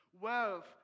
Wealth